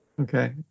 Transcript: Okay